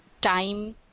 time